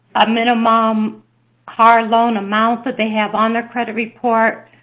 a minimum car loan amount that they have on their credit report,